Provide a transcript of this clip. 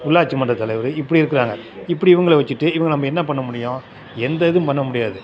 உள்ளாட்சி மன்ற தலைவர் இப்படி இருக்கிறாங்க இப்படி இவங்கள வச்சுட்டு இவங்க நம்ம என்ன பண்ணமுடியும் எந்த இதுவும் பண்ணமுடியாது